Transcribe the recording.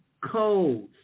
codes